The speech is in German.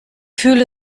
fühle